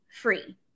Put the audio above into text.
free